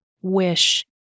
wish